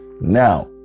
Now